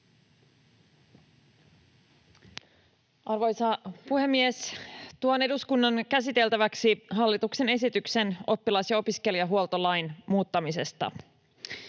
Arvoisa puhemies! Tuon eduskunnan käsiteltäväksi hallituksen esityksen oppilas‑ ja opiskelijahuoltolain muuttamisesta.